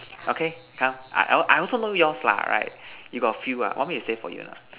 okay come I I I also know yours lah right you got a few ah want me to say for you or not